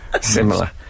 Similar